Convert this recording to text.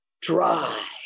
Dry